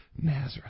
Nazareth